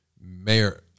Mayor